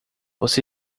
você